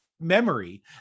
memory